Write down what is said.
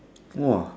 !wah!